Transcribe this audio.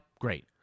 great